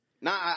No